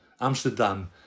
Amsterdam